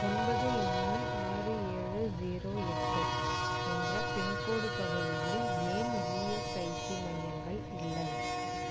ஒன்பது ஒன்று ஆறு ஏழு ஜீரோ எட்டு என்ற பின்கோட் பகுதியில் ஏன் இஎஸ்ஐசி மையங்கள் இல்லை